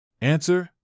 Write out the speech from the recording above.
Answer